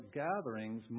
gatherings